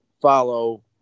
follow